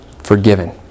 forgiven